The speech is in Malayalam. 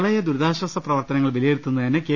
പ്രളയ ദുരിതാശ്വാസ പ്രവർത്തനങ്ങൾ വിലയിരുത്തുന്നതിന് കെ